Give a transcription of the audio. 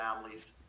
families